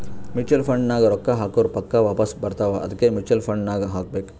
mutual fund ನಾಗ್ ರೊಕ್ಕಾ ಹಾಕುರ್ ಪಕ್ಕಾ ವಾಪಾಸ್ ಬರ್ತಾವ ಅದ್ಕೆ ಮೂಚುವಲ್ ಫಂಡ್ ನಾಗ್ ಹಾಕಬೇಕ್